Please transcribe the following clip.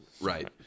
Right